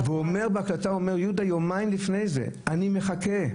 בהקלטה אומר יהודה יומיים לפני זה: "אני מחכה.